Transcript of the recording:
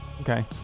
Okay